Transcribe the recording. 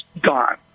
gone